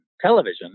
television